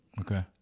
Okay